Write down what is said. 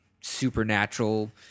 supernatural